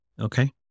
okay